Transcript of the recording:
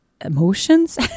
emotions